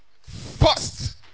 first